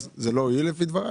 לא הועיל לפי דברייך?